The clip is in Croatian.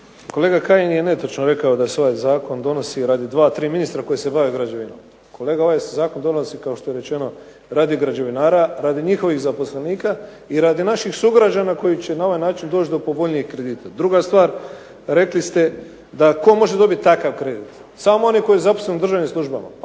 Kolega Kajin je netočno rekao da se ovaj Zakon donosi radi dva tri ministra koji se bave građevinom. Kolega Kajin ovaj Zakon se donosi kao što je rečeno radi građevinara, radi njihovih zaposlenika i radi naših sugrađana koji će na ovaj način doći do povoljnijih kredita. Druga stvar, rekli ste, da tko može dobiti ovakav kredit. Samo oni koji su zaposleni u državnim službama.